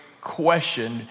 question